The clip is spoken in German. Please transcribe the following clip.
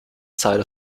zeile